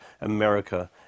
America